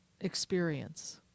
experience